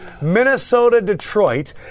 Minnesota-Detroit